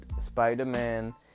spider-man